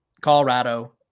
Colorado